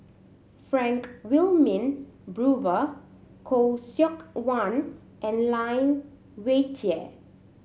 Frank Wilmin Brewer Khoo Seok Wan and Lai Weijie